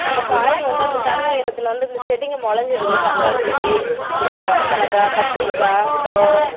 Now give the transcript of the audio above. அந்த காய்ங்க வந்து அந்த தண்ணி ஈரத்தில் வந்து இந்த செடிங்க மொளச்சிருது தக்காளி செடி அப்புறம் பச்சை மிளகா கத்திரிக்காய் அப்பறம்